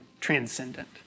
transcendent